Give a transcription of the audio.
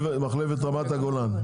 מחלבת רמת הגולן.